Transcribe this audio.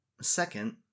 Second